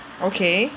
okay